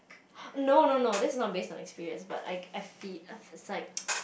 no no no this is not based on experiences but I I feel I see on side